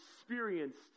experienced